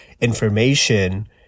information